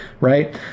right